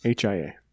HIA